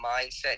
mindset